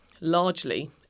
largely